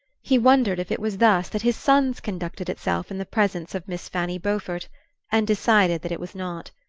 he wondered if it was thus that his son's conducted itself in the presence of miss fanny beaufort and decided that it was not.